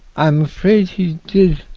i'm afraid he did,